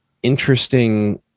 interesting